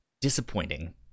Disappointing